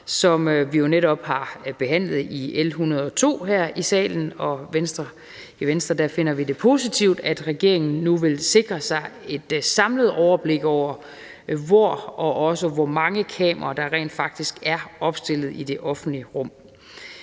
som vi jo netop har behandlet i L 102 her i salen. I Venstre finder vi det positivt, at regeringen nu vil sikre sig et samlet overblik over, hvor og også hvor mange kameraer der rent faktisk er opstillet i det offentlige rum.